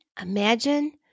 imagine